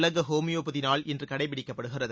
உலகஹோமியோபதி நாள் இன்று கடைபிடிக்கப்படுகிறது